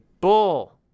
bull